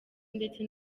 ndetse